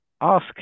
ask